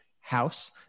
house